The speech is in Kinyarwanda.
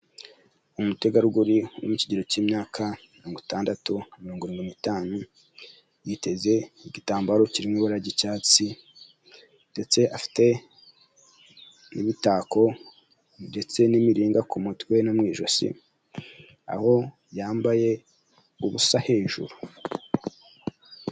Umutegarugori uri kigero cy'imyaka mirongo itandatu na mirongo irindwi n'itanu, yiteze igitambaro kirimo ibara ry'icyatsi ndetse afite n'imitako ndetse n'imiringa ku mutwe no mu ijosi, aho yambaye ubusa hejuru.